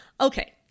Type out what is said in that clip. Okay